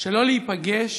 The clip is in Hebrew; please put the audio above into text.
שלא להיפגש